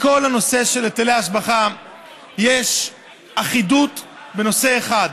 בכל הנושא של היטל השבחה יש אחידות בנושא אחד,